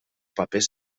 papers